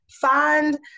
find